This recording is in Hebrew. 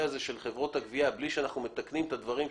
של חברות הגבייה בלי שאנחנו מתקנים את הדברים שאמרתי,